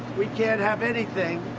we can't have anything.